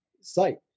site